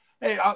hey